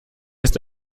ist